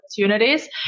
opportunities